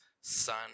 son